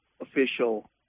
official